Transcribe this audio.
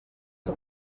que